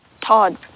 Todd